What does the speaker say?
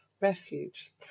refuge